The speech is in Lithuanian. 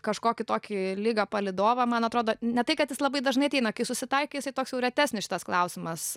kažkokį tokį ligą palydovą man atrodo ne tai kad jis labai dažnai ateina kai susitaikai jisai toks jau retesnis šitas klausimas